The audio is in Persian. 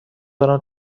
دارم